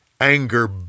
Anger